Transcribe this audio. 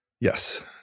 Yes